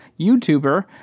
YouTuber